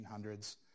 1800s